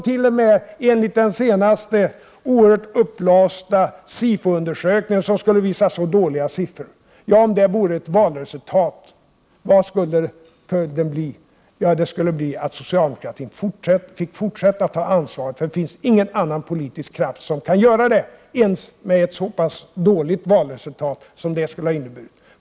T.o.m. om de oerhört dåliga siffror som framkom i den senaste uppblåsta SIFO-undersökningen hade varit ett valresultat, vad skulle följden då ha blivit? Socialdemokratin skulle ha fått fortsätta att ta ansvaret. Det finns ingen annan politisk kraft som kan göra det, ens med ett så pass dåligt valresultat som detta skulle ha inneburit.